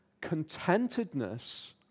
contentedness